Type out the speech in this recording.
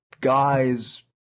guys